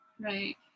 Right